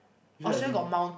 actually I think